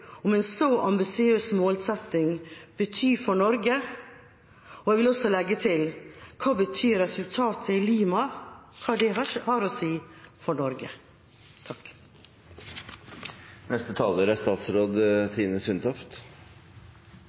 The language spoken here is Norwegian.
om en så ambisiøs målsetting bety for Norge? Og jeg vil også legge til: Hva betyr resultatet i Lima for Norge? På mandag ettermiddag kom jeg tilbake til Norge